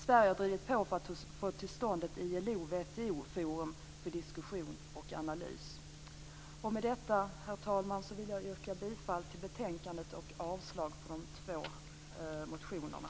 Sverige har drivit på för att få till stånd ett ILO Med detta, herr talman, vill jag yrka bifall till hemställan i betänkandet och avslag på de två motionerna.